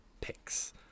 picks